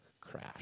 crash